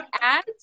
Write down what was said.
ads